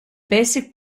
basic